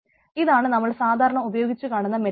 ഇതാണ് നമ്മൾ സാധാരണ ഉപയോഗിച്ചു കാണുന്ന മെട്രിക്സ്